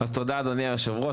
תודה אדוני היו"ר.